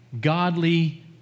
godly